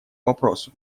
вопросу